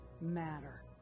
matter